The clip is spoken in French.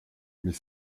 mais